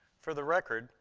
for the record,